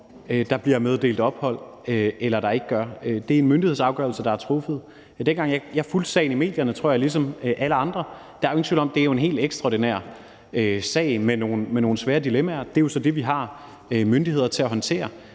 der bliver meddelt ophold eller der ikke gør. Det er en myndighedsafgørelse, der er truffet. Jeg fulgte dengang sagen i medierne ligesom alle andre, og der er jo ingen tvivl om, at det er en helt ekstraordinær sag med nogle svære dilemmaer. Og det er så det, vi har myndigheder til at håndtere.